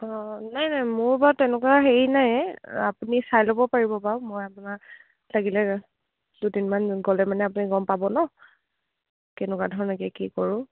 অঁ নাই নাই মোৰ বাৰু তেনেকুৱা হেৰি নাই আপুনি চাই ল'ব পাৰিব বাৰু মই আপোনাৰ লাগিলে দুদিনমান গ'লে মানে আপুনি গম পাব ন কেনেকুৱা ধৰণেকৈ কি কৰোঁ